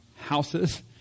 houses